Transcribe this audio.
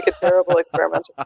terrible experimenter. ah